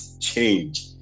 change